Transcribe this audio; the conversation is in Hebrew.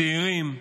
צעירים,